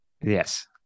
Yes